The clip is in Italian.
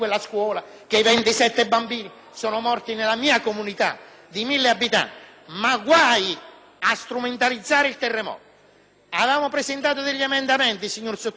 a strumentalizzare il terremoto! Avevamo presentato degli emendamenti, signor Sottosegretario; avevamo detto che il Governo doveva farli propri, che anche il